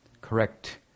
correct